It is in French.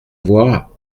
voir